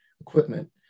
equipment